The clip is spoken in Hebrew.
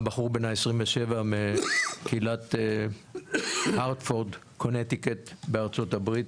הבחור בן ה-27 מקהילת הרטפורד קונטיקט בארצות הברית.